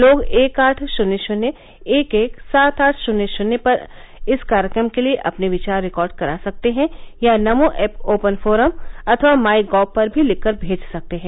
लोग एक आठ शून्य शन्य एक एक सात आठ शन्य शन्य नंबर पर इस कार्यक्रम के लिए अपने विचार रिकार्ड करा सकते हैं या नमो ऐप ओपन फोरम अथवा माई गाँव पर भी लिखकर भेज सकते हैं